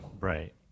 Right